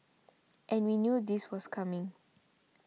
and we knew this was coming